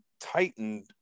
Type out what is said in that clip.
tightened